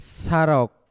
sarok